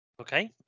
Okay